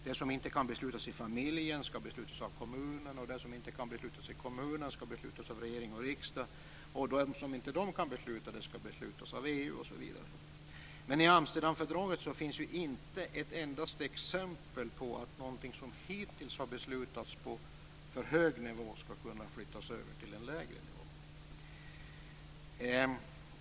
Det som inte kan beslutas i familjen skall beslutas av kommunen, det som inte kan beslutas i kommunen skall beslutas av regering och riksdag, och det som inte regering och riksdag kan besluta om skall beslutas av EU. I Amsterdamfördraget finns emellertid inte ett endaste exempel på att något som hittills har beslutats på för hög nivå skall kunna flyttas över till en lägre.